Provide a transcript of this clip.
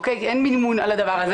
אין מימון על הדבר הזה.